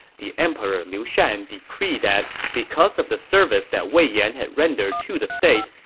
the emperor liu shan decreed that because of the service that wei yan had rendered to the state,